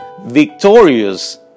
victorious